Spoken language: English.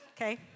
okay